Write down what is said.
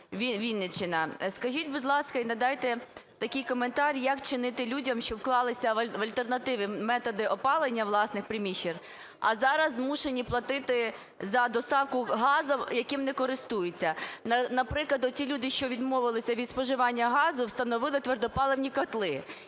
Вінниччина. Скажіть, будь ласка, і надайте такий коментар, як вчинити людям, що вклалися в альтернативні методи опалення власних приміщень, а зараз змушені платити за доставку газу, яким не користуються? Наприклад, оті люди, що відмовилися від споживання газу, встановили твердопаливні котли.